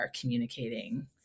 communicating